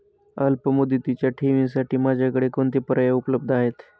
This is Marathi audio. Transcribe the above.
अल्पमुदतीच्या ठेवींसाठी माझ्याकडे कोणते पर्याय उपलब्ध आहेत?